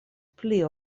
pli